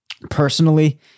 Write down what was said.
Personally